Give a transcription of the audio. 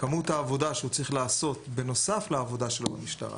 כמות העבודה שהוא צריך לעשות בנוסף לעבודה שלו במשטרה